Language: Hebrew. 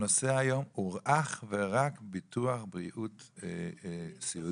הנושא היום הוא אך ורק ביטוח בריאות סיעודי